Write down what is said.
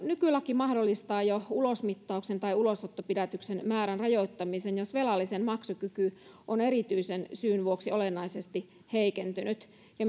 nykylaki mahdollistaa ulosmittauksen tai ulosottopidätyksen määrän rajoittamisen jos velallisen maksukyky on erityisen syyn vuoksi olennaisesti heikentynyt ja